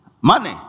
money